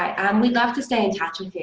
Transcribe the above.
and we'd love to stay in touch with you,